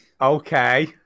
Okay